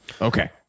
okay